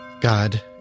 God